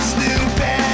Snoopy